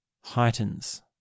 heightens